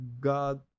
god